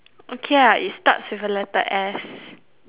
okay lah it starts with a letter S